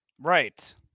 Right